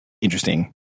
interesting